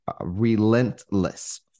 relentless